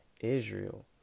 Israel